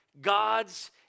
God's